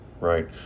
right